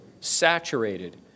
saturated